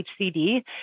HCD